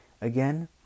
again